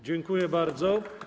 Dziękuję bardzo.